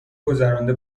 گذرانده